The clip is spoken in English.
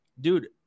dude